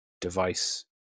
device